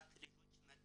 למשפחות שהמשפחות שלהן